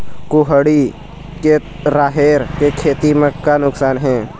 कुहड़ी के राहेर के खेती म का नुकसान हे?